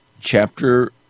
chapter